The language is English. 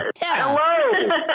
Hello